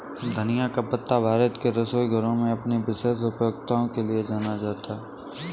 धनिया का पत्ता भारत के रसोई घरों में अपनी विशेष उपयोगिता के लिए जाना जाता है